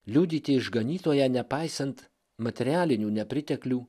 liudyti išganytoją nepaisant materialinių nepriteklių